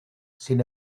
sin